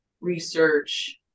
research